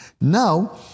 now